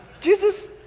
Jesus